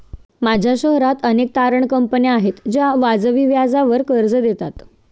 माझ्या शहरात अनेक तारण कंपन्या आहेत ज्या वाजवी व्याजावर कर्ज देतात